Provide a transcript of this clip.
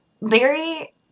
Larry